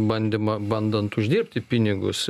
bandymą bandant uždirbti pinigus